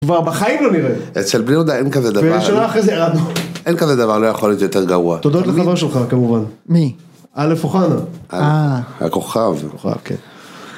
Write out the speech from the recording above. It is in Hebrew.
כבר בחיים לא נראה. -אצל בני יהודה אין כזה דבר, -ושנה אחרי זה ירדנו, -אין כזה דבר "לא יכול להיות יותר גרוע", --תודה לחבר שלך כמובן, -מי, א. אוחנה? -אה. -הכוכב, הכוכב, כן.